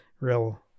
real